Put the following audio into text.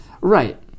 Right